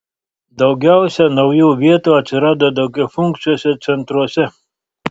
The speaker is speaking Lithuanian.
daugiausia naujų vietų atsirado daugiafunkciuose centruose